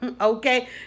Okay